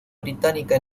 británica